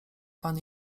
pan